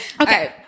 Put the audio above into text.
Okay